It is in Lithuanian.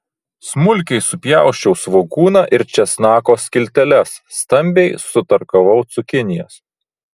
smulkiai supjausčiau svogūną ir česnako skilteles stambiai sutarkavau cukinijas